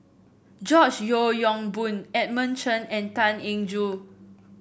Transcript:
George Yeo Yong Boon Edmund Chen and Tan Eng Joo